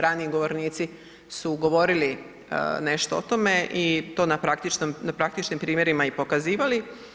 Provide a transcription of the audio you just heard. Raniji govornici su govorili nešto o tome i to na praktičnim primjerima pokazivali.